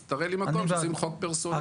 אז תראה לי מקום שעושים חוק פרסונלי